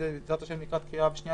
וזה בעזרת השם לקראת הקריאה השנייה